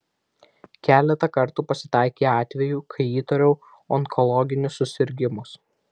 keletą kartų pasitaikė atvejų kai įtariau onkologinius susirgimus